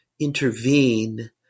intervene